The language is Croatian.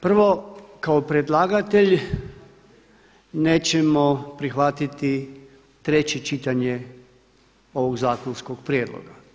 Prvo, kao predlagatelj nećemo prihvatiti treće čitanje ovog zakonskog prijedloga.